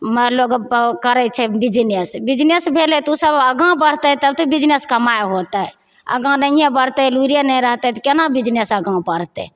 मारि लोक करै छै बिजनेस बिजनेस भेलै तऽ ओसब आगाँ बढ़तै तब तऽ बिजनेस कमाइ होतै आगाँ नहिए बढ़तै लुइरे नहि रहतै तऽ कोना बिजनेस आगाँ बढ़तै